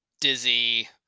dizzy